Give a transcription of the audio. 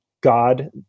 God